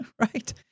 Right